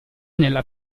nella